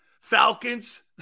Falcons